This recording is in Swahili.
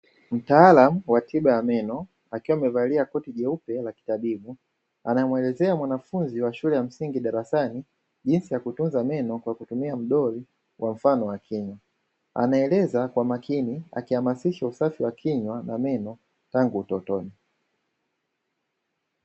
Mtaalamu wa tiba meno aliyevalia koti jeupe la kitabibu, anamuelezea mwanafunzi wa shule ya msingi darasani jinsi ya kutunza meno kwa kutumia mdori kwa mfano wa kinywa. Anaeleza kwa makini usafi wa kinywa na meno tangu utotoni.